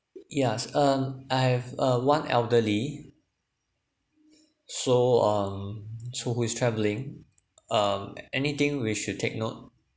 yes um I have uh one elderly so um so who is travelling um anything we should take note